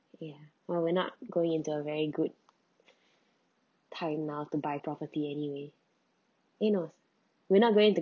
yeah well we're not going into a very good time now to buy property anyway you knows we're not going to